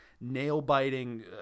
nail-biting